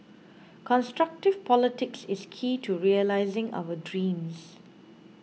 constructive politics is key to realising our dreams